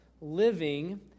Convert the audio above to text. living